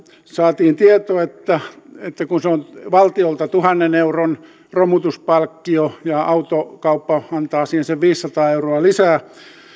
saatiin tieto että että kun on valtiolta tuhannen euron romutuspalkkio ja autokauppa antaa siihen sen viisisataa euroa lisää